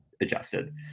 adjusted